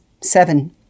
Seven